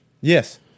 Yes